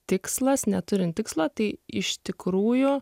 tikslas neturint tikslo tai iš tikrųjų